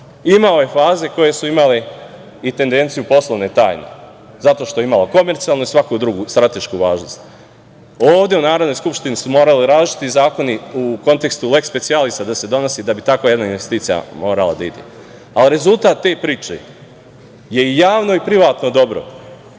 Imao je faze koje su imale i tendenciju poslovne tajne zato što je imao komercijalnu i svaku drugu stratešku važnost. Ovde u Narodnoj skupštini su morali različiti zakoni u kontekstu „leks specijalisa“ da se donosi da bi takva jedna investicija morala da ide. Rezultat te priče je javno i privatno dobro.